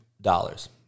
dollars